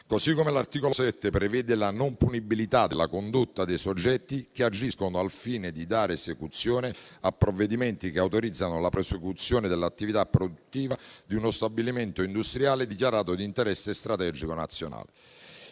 L'articolo 7 prevede poi la non punibilità della condotta dei soggetti che agiscono al fine di dare esecuzione a provvedimenti che autorizzano la prosecuzione dell'attività produttiva di uno stabilimento industriale dichiarato di interesse strategico nazionale.